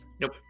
Nope